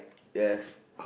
yes